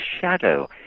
shadow